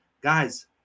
Guys